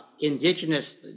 indigenous